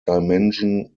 dimension